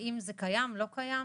האם זה קיים או לא קיים?